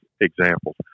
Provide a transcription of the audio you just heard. examples